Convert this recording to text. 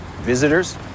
Visitors